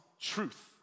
truth